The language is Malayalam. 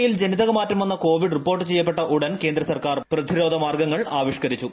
യിൽ ജനിതക മാറ്റം വന്ന കോവിഡ് റിപ്പോർട്ട് ചെയ്യപ്പെട്ട ഉടൻ കേന്ദ്ര സർക്കാർ പ്രതിരോധമാർഗങ്ങൾ ആവിഷ്കരിച്ചു